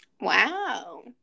Wow